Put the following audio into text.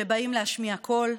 שבאים להשמיע קול,